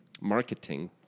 Marketing